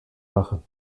mache